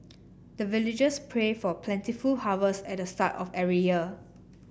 the villagers pray for plentiful harvest at the start of every year